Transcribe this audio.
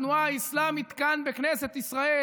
התנועה האסלאמית כאן בכנסת ישראל,